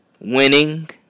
Winning